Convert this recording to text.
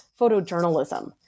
photojournalism